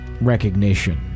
recognition